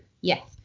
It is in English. Yes